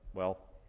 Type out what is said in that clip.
well,